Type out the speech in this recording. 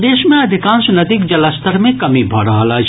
प्रदेश मे अधिकांश नदीक जलस्तर मे कमी भऽ रहल अछि